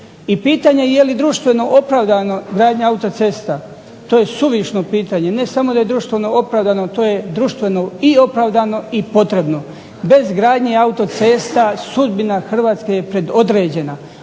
I pitanje jeli društveno opravdano gradnja autocesta? To je suvišno pitanje. Ne samo da je društveno opravdano, to je društveno i opravdano i potrebno. Bez gradnje autocesta sudbina Hrvatske je predodređena,